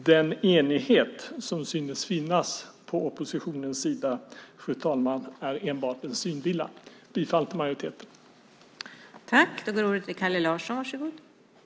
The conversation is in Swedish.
Den enighet som synes finnas på oppositionens sida, fru talman, är enbart en synvilla. Jag yrkar bifall till majoritetens förslag.